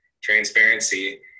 transparency